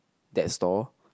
that stall